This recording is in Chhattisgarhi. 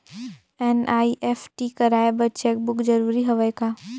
एन.ई.एफ.टी कराय बर चेक बुक जरूरी हवय का?